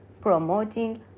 promoting